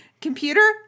computer